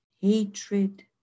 hatred